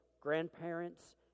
grandparents